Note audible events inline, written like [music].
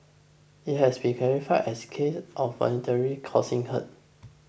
it has been [unintelligible] as case of voluntarily causing hurt